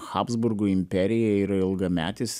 habsburgų imperijai yra ilgametis